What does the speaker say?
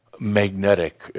Magnetic